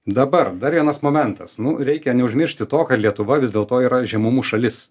dabar dar vienas momentas nu reikia neužmiršti to kad lietuva vis dėlto yra žemumų šalis